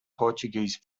portuguese